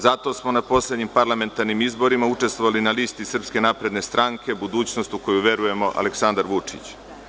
Zato smo na poslednjim parlamentarnim izborima učestvovali na listi SNS – Budućnost u koju verujemo – Aleksandar Vučić.